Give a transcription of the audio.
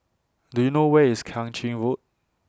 Do YOU know Where IS Kang Ching Road